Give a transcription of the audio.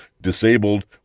disabled